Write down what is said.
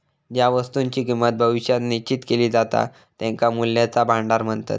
ज्या वस्तुंची किंमत भविष्यात निश्चित केली जाता त्यांका मूल्याचा भांडार म्हणतत